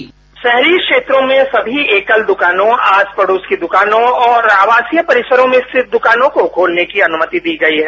bite राहरी क्षेत्रों मेंसमी एकल दुकानों आस पड़ोस की दुकानों और आवासीय परिसर में स्थित दुकानों को खोलनेकी अनुमति दी गई है